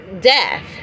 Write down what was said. death